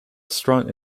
strong